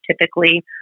typically